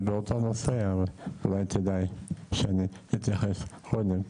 זה באותו נושא אז אולי כדאי שאני אתייחס קודם.